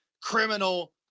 criminal